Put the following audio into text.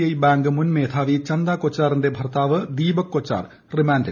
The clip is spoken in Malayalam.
ഐ ബാങ്ക് മുൻ മേധാവി ചന്ദ കൊച്ചാറിന്റെ ഭർത്താവ് ദീപക് കൊച്ചാർ റിമാൻഡിൽ